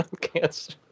cancer